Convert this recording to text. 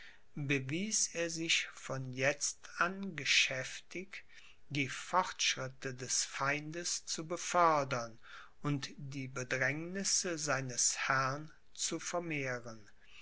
er sich von jetzt an geschäftig die fortschritte des feindes zu befördern und die bedrängnisse seines herrn zu vermehren